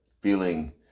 feeling